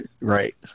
Right